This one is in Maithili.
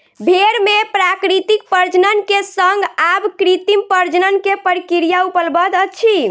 भेड़ मे प्राकृतिक प्रजनन के संग आब कृत्रिम प्रजनन के प्रक्रिया उपलब्ध अछि